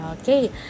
okay